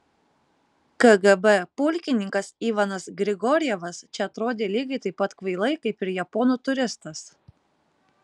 kgb pulkininkas ivanas grigorjevas čia atrodė lygiai taip pat kvailai kaip ir japonų turistas